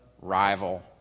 rival